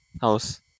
house